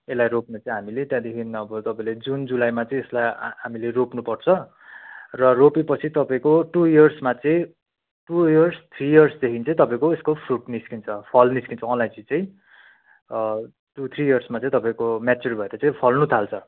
यसलाई रोप्ने चाहिँ हामीले त्यहाँदेखि अब तपाईँले जुन जुलाईमा चाहिँ यसलाई हा हामीले रोप्नुपर्छ र रोपेपछि तपाईँको टु इयर्समा चाहिँ टु इयर्स थ्री इयर्सदेखि चाहिँ तपाईँको यसको फ्रुट निस्किन्छ फल निस्किन्छ अलैँची चाहिँ टु थ्री इयर्समा चाहिँ तपाईँको मेच्युर भएर चाहिँ फल्नुथाल्छ